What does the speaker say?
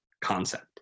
concept